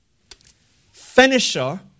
Finisher